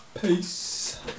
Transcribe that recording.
Peace